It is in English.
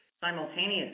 Simultaneously